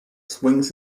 swings